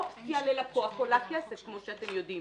אופציה ללקוח עולה כסף, כמו שאתם יודעים.